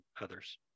others